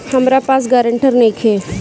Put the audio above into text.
हमरा पास ग्रांटर नइखे?